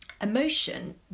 emotion